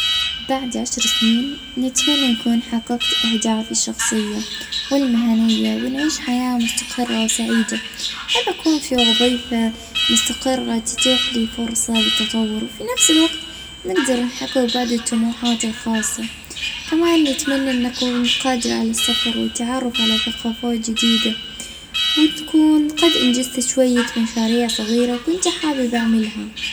اه نتمنى نكون مستقرة في حياتي المهنية والشخصية وعندي اه مشروع ناجح خاص بيا.